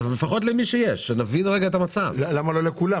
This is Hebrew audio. למה לא לכולן?